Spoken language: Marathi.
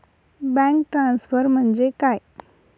बँक ट्रान्सफर म्हणजे काय?